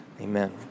Amen